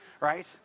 right